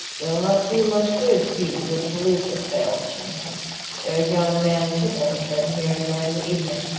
you'll not do much good, hugh, where the police have failed, she answered there's yon man chisholm been here during the evening,